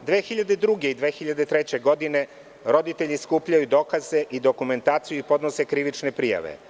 Godine 2002. i 2003. roditelji skupljaju dokaze i dokumentacijui podnose krivične prijave.